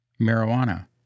marijuana